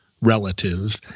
relative